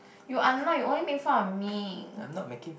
you are not you only make fun of me